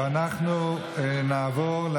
אנחנו עוברים להצבעה על